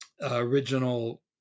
original